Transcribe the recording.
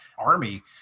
Army